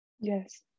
Yes